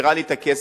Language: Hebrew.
מחזירה לי את הכסף,